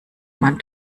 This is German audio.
man